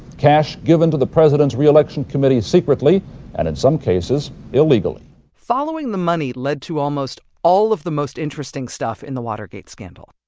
cash given to the president's re-election committee secretly and, in some cases, illegally following the money led to almost all of the most interesting stuff in the watergate scandal,